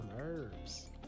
herbs